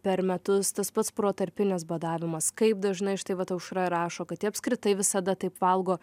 per metus tas pats protarpinis badavimas kaip dažnai štai vat aušra rašo kad ji apskritai visada taip valgo